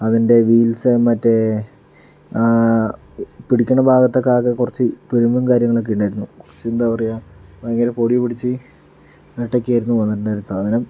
അതിൻ്റെ വീൽസ് മറ്റേ പിടിക്കണ ഭാഗത്തൊക്കെ ആകെ കുറച്ച് തുരുമ്പും കാര്യങ്ങളൊക്കെ ഉണ്ടായിരുന്നു പിന്നെ എന്താ പറയുക ഭയങ്കര പൊടി പിടിച്ച് ആയിട്ടൊക്കെ ആയിരുന്നു വന്നിട്ടുണ്ടായിരുന്നത് സാധനം